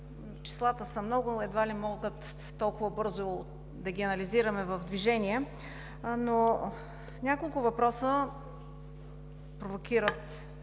Числата са много, едва ли може толкова бързо да ги анализираме в движение, но няколко въпроса провокират